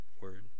word